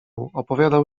opowiadał